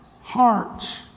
hearts